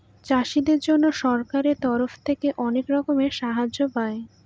চাষীদের জন্য সরকারের তরফ থেকে অনেক রকমের সাহায্য পায়